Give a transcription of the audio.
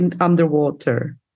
underwater